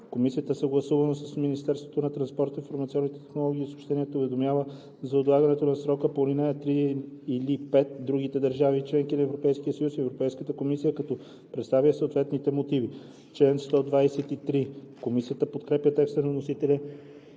Комисията съгласувано с Министерството на транспорта, информационните технологии и съобщенията уведомява за отлагането на срока по ал. 3 или 5 другите държави – членки на Европейския съюз и Европейската комисия, като представя съответните мотиви.“ Комисията подкрепя текста на вносителя